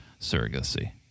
surrogacy